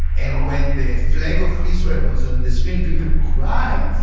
and when the flag of israel was on the screen, people cried!